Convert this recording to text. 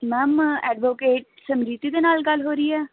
ma'am advocate Smriti ਦੇ ਨਾਲ਼ ਗੱਲ ਹੋ ਰਹੀ ਆ